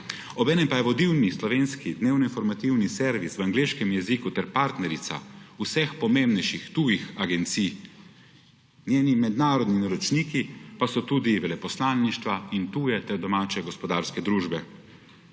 Obenem pa je vodilni slovenski dnevno informativni servis v angleškem jeziku ter partnerica vseh pomembnejših tujih agencij. Njeni mednarodni naročniki pa so tudi veleposlaništva in tuje ter domače gospodarske družbe.